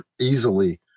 easily